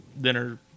Dinner